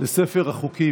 אין נמנעים.